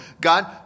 God